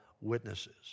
witnesses